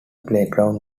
playground